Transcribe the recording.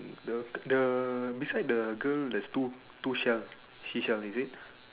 the beside the girl there is two two shell seashell is it